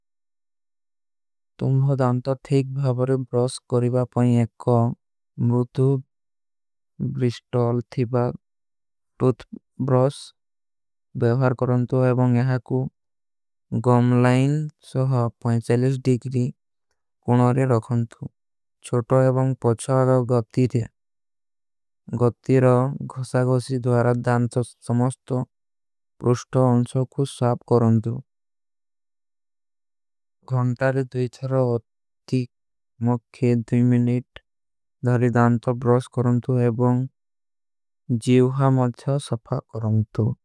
ତୁମ୍ହୋଂ ଦାନତା ଠୀକ ଭାଵରେ ବ୍ରସ କରୀବା ପଣି ଏକା ମୁଠୂ। ବ୍ରିଷ୍ଟଲ ଥୀବା। ଟୂଥ ବ୍ରସ ବେଵାର କରନତୁ ଏବଂଗ ଯହାକୁ ଗମ ଲାଇନ ସୋହ। ଡିକ୍ରୀ କୁଣରେ ରଖନତୁ ତୁମ୍ହୋଂ ଦାନତା। ଠୀକ ଭାଵରେ ବ୍ରସ କରୀବା ପଣି ଏକା ମୁଠୂ ବ୍ରସ କରୀବା।